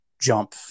jump